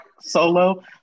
solo